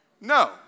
no